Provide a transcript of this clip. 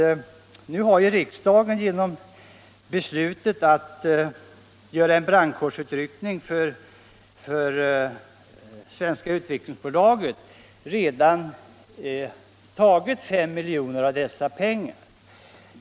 Nu har ju riksdagen genom beslutet att göra en brandkårsutryckning för Svenska Utvecklingsaktiebolaget redan tagit 5 miljoner av dessa pengar.